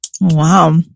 wow